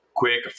quick